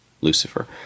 Lucifer